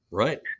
right